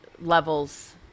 levels